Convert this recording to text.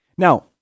Now